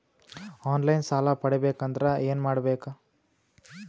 On line ಸಾಲ ಪಡಿಬೇಕಂದರ ಏನಮಾಡಬೇಕು?